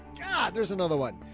god, there's another one.